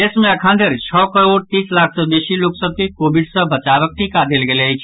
देश मे अखनधरि छओ करोड़ तीस लाख सॅ बेसी लोक सभ के कोविड सॅ बचावक टीका देल गेल अछि